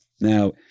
Now